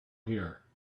here